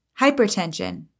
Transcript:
Hypertension